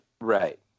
Right